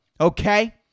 okay